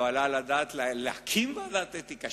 לא עלה על הדעת להקים ועדת אתיקה,